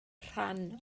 rhan